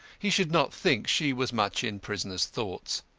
he should not think she was much in prisoner's thoughts.